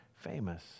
famous